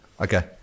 Okay